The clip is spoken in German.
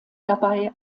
dabei